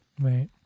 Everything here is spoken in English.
right